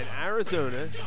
Arizona